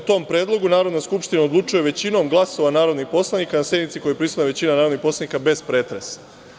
O tom predlogu Narodna skupština odlučuje većinom glasova narodnih poslanika na sednici na kojoj je prisutna većina narodnih poslanika bez pretresa.